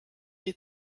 die